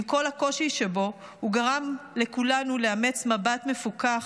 עם כל הקושי שבו הוא גרם לכולנו לאמץ מבט מפוכח,